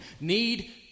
need